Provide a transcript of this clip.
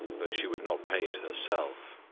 but she would not pay it herself.